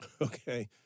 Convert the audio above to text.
okay